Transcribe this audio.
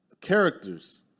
characters